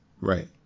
right